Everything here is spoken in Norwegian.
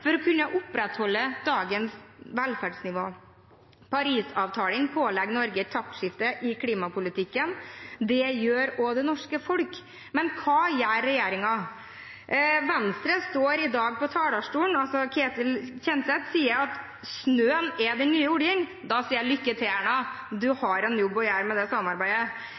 for å kunne opprettholde dagens velferdsnivå. Paris-avtalen pålegger Norge et taktskifte i klimapolitikken. Det gjør også det norske folk. Men hva gjør regjeringen? Venstre, ved Ketil Kjenseth, står i dag på talerstolen og sier at snøen er den nye oljen. Da sier jeg: Lykke til, Erna – du har en jobb å gjøre med det samarbeidet.